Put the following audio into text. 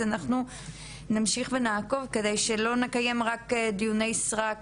אז אנחנו נמשיך ונעקוב על מנת שלא נקיים רק דיוני סרק